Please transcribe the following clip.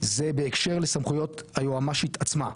זה בהקשר לסמכויות היועמ"שית עצמה,